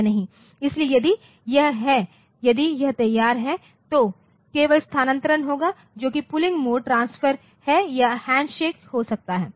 इसलिए यदि यह है संदर्भ समय 1551 यदि यह तैयार है तो केवल स्थानांतरण होगा जो कि पुलिंग मोड ट्रांसपोर्ट है या हैंडशेक हो सकता है